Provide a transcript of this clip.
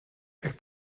elle